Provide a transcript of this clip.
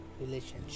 relationship